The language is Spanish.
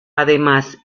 además